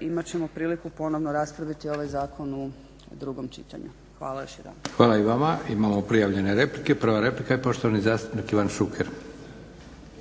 imat ćemo priliku ponovno raspraviti ovaj zakon u drugom čitanju. Hvala još jedanput. **Leko, Josip (SDP)** Hvala i vama. Imamo prijavljene replike. Prva replika je poštovani zastupnik Ivan Šuker.